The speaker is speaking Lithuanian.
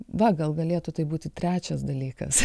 va gal galėtų tai būti trečias dalykas